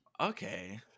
Okay